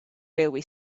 railway